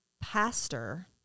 pastor